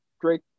Drake